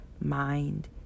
mind